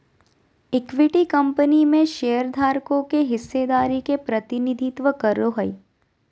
equity company में शेयरधारकों के हिस्सेदारी के प्रतिनिधित्व करो हइ